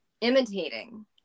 imitating